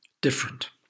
different